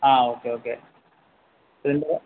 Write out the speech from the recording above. ആ okay okay ഉണ്ട്